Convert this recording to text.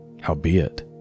Howbeit